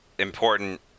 important